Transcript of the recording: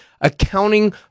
accounting